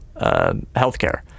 healthcare